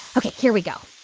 ok, here we go.